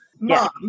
mom